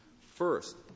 First